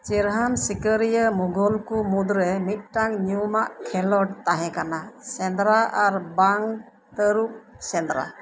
ᱪᱮᱨᱦᱟᱱ ᱥᱤᱠᱟᱹᱨᱤᱭᱟᱹ ᱢᱩᱜᱷᱚᱞ ᱠᱚ ᱢᱩᱫᱽᱨᱮ ᱢᱤᱫ ᱴᱟᱝ ᱧᱩᱢᱟᱜ ᱠᱷᱮᱞᱚᱸᱰ ᱛᱟᱦᱮᱸ ᱠᱟᱱᱟ ᱥᱮᱸᱫᱽᱨᱟ ᱟᱨ ᱵᱟᱝ ᱛᱟᱹᱨᱩᱵᱽ ᱥᱮᱸᱫᱽᱨᱟ